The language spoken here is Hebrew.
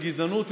"גזענות",